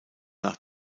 nach